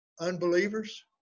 unbelievers